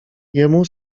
jemu